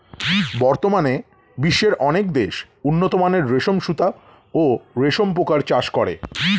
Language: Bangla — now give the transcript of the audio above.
বর্তমানে বিশ্বের অনেক দেশ উন্নতমানের রেশম সুতা ও রেশম পোকার চাষ করে